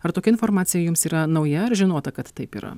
ar tokia informacija jums yra nauja ar žinota kad taip yra